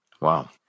Wow